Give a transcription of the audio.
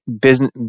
business